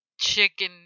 chicken